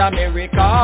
America